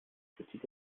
kritik